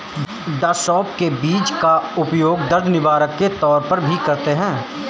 डॉ सौफ के बीज का उपयोग दर्द निवारक के तौर पर भी करते हैं